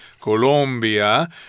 Colombia